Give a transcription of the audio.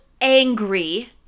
angry